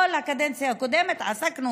כל הקדנציה הקודמת עסקנו,